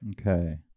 Okay